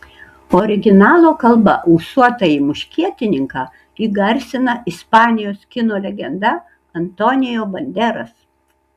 originalo kalba ūsuotąjį muškietininką įgarsina ispanijos kino legenda antonio banderas